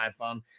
iPhone